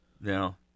Now